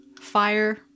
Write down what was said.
fire